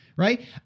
right